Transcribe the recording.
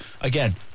again